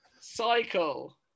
cycle